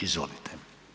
Izvolite.